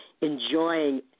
enjoying